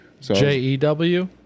J-E-W